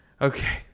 Okay